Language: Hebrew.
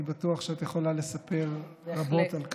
אני בטוח שאת יכולה לספר רבות על כך.